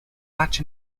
touch